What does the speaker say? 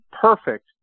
perfect